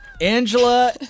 Angela